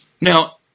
Now